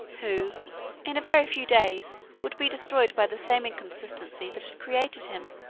who in a very few days would be destroyed by the same inconstancy that had created him.